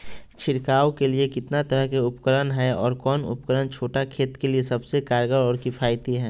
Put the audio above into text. छिड़काव के लिए कितना तरह के उपकरण है और कौन उपकरण छोटा खेत के लिए सबसे कारगर और किफायती है?